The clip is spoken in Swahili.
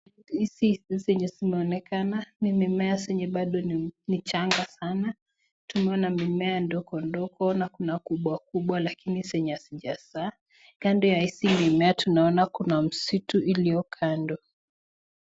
Hizi zenye zimeonekana ni mimea zenye bado ni changa sana. Tumeona mimea ndogo ndogo na kuna kubwa kubwa lakini zenye hazija zaa. Kando ya hizi mimea tunaona kuna msitu iliyo kando.